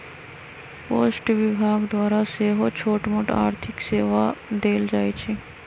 post विभाग द्वारा सेहो छोटमोट आर्थिक सेवा देल जाइ छइ